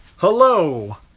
Hello